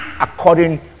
according